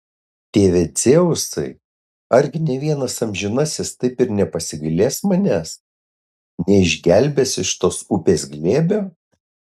tėve dzeusai argi nė vienas amžinasis taip ir nepasigailės manęs neišgelbės iš tos upės glėbio